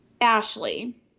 Ashley